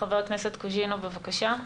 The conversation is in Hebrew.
חבר הכנסת קוז'ינוב, בבקשה.